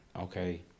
Okay